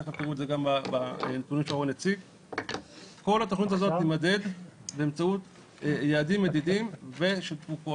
כול התוכנית הזו תימדד באמצעות יעדים מדידים ושקיפות.